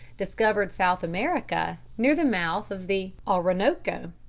discovered south america near the mouth of the orinoco.